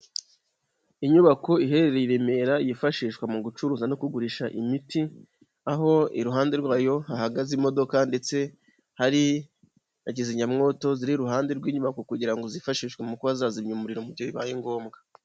Inyubako iherereye i Remera yifashishwa mu gucuruza no kugurisha imiti, aho iruhande rwayo hahagaze imodoka ndetse hari na kizimyamwoto ziri iruhande rw'inyubako kugira ngo zifashishwe mu kuba zazimya umuriro mu gihe bibaye ngombwa.